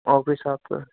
office आपके